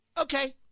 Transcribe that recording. Okay